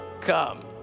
come